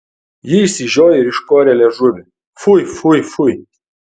ji išsižiojo ir iškorė liežuvį fui fui fui